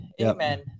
Amen